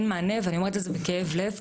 אין מענה, ואני אומרת את זה בכאב לב.